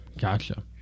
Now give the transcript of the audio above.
Gotcha